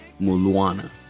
Mulwana